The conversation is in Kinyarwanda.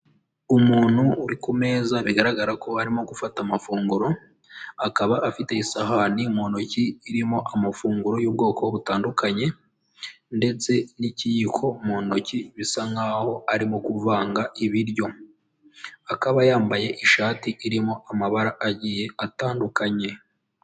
Umuntu uri ku meza bigaragara ko arimo gufata amafunguro, akaba afite isahani mu ntoki irimo amafunguro y'ubwoko butandukanye ndetse n'ikiyiko mu ntoki, bisa nk'aho arimo kuvanga ibiryo. Akaba yambaye ishati irimo amabara agiye atandukanye.